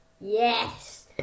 Yes